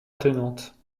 attenantes